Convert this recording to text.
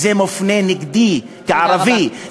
זה מופנה נגדי, כערבי.